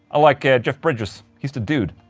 ah like yeah jeff bridges, he's the dude.